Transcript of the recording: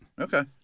Okay